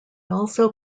also